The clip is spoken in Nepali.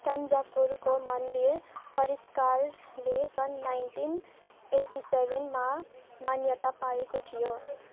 तन्जावुरको मन्दिर परिसरले सन् नाइन्टिन एटी सेभेनमा मान्यता पाएको थियो